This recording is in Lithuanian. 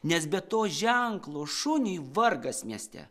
nes be to ženklo šuniui vargas mieste